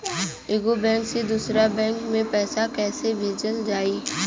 एगो बैक से दूसरा बैक मे पैसा कइसे भेजल जाई?